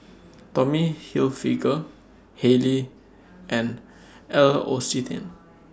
Tommy Hilfiger Haylee and L'Occitane